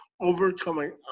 overcoming